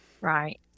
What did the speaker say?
Right